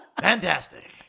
Fantastic